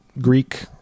Greek